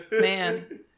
man